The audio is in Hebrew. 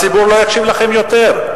הציבור לא יקשיב לכם יותר.